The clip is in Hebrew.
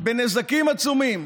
בנזקים עצומים